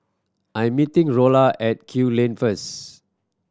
I'm meeting Rolla at Kew Lane first